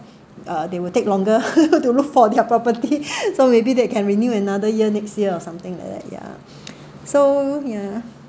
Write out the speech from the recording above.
uh they will take longer to look for their property so maybe they can renew another year next year or something like that ya so ya